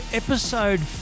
episode